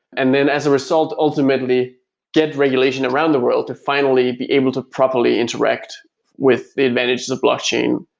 and then as a result, ultimately get regulation around the world to finally be able to properly interact with the advantages of blockchain,